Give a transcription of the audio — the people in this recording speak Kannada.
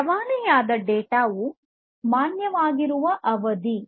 ರವಾನೆಯಾದ ಡೇಟಾ ವು ಮಾನ್ಯವಾಗಿರುವ ಅವಧಿ